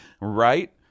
Right